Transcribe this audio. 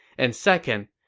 and second,